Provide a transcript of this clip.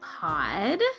pod